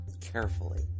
Carefully